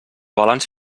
balanç